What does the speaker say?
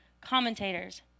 commentators